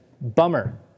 Bummer